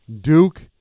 Duke